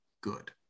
good